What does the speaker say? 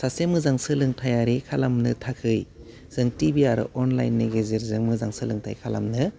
सासे मोजां सोलोंथाइयारि खालामनो थाखै जों टिभि आरो अनलाइनि गेजेरजों मोजां सोलोंथाइ खालामनो